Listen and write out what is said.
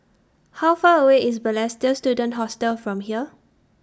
How Far away IS Balestier Student Hostel from here